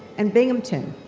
and binghamton.